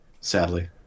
Sadly